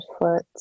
foot